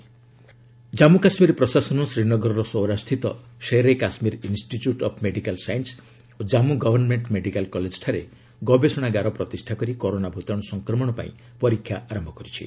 କେକେ corona virus Jammu Kashmir ପ୍ରଶାସନ ଶ୍ରୀନଗରର ସୌରା ସ୍ଥିତ Shere Kashmir institute of medical sciences ଓ ଜନ୍ମୁ ଗଭର୍ଷମେଣ୍ଟ ମେଡିକାଲ୍ କଲେଜଠାରେ ଗବେଷଣାଗାର ପ୍ରତିଷ୍ଠା କରି କରୋନା ଭୂତାଣ୍ର ସଂକ୍ରମଣ ପାଇଁ ପରୀକ୍ଷା ଆରମ୍ଭ କରିଛି